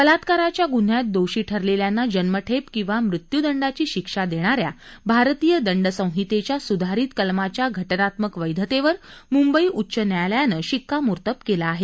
बलात्काराच्या ग्न्ह्यात दोषी ठकलेल्यांना जन्मठेप किंवा मृत्यूदंडाची शिक्षा देणाऱ्या भारतीय दंड संहितेच्या सुधारित कलमाच्या घटनात्मक वैधतेवर मुंबई उच्च न्यायालयानं शिक्कामोर्तब केलं आहे